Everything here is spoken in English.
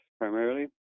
primarily